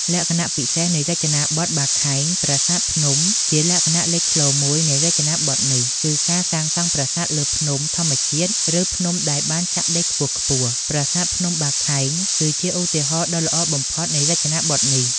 លក្ខណៈពិសេសនៃរចនាបថបាខែងប្រាសាទភ្នំ ជាលក្ខណៈលេចធ្លោមួយនៃរចនាបថនេះ គឺការសាងសង់ប្រាសាទលើ ភ្នំធម្មជាតិ ឬភ្នំដែលបានចាក់ដីខ្ពស់ៗ។ ប្រាសាទភ្នំបាខែង គឺជាឧទាហរណ៍ដ៏ល្អបំផុតនៃរចនាបថនេះ។